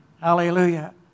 Hallelujah